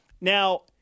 Now